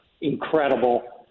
incredible